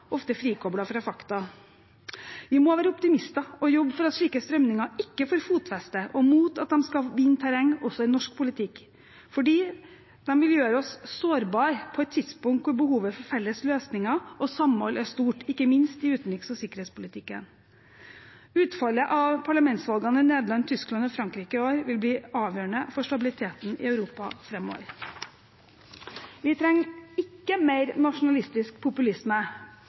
ofte frikoblet fra fakta. Vi må være optimister og jobbe for at slike strømninger ikke får fotfeste, og mot at de skal vinne terreng også i norsk politikk, fordi de vil gjøre oss sårbare på et tidspunkt da behovet for felles løsninger og samhold er stort, ikke minst i utenriks- og sikkerhetspolitikken. Utfallet av parlamentsvalgene i Nederland, Tyskland og Frankrike i år vil bli avgjørende for stabiliteten i Europa framover. Vi trenger ikke mer nasjonalistisk populisme.